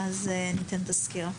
ואז ניתן את הסקירה.